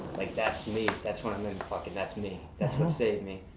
like that's me. that's what i'm in, fuckin' that's me. that's what saved me.